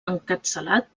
encapçalat